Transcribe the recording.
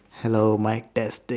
hello mic testing